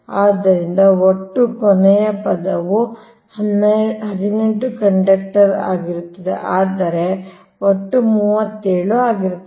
ಆದ್ದರಿಂದ ಒಟ್ಟು ಕೊನೆಯ ಪದರವು 18 ಕಂಡಕ್ಟರ್ ಆಗಿರುತ್ತದೆ ಆದರೆ ಒಟ್ಟು 37 ಆಗಿರುತ್ತದೆ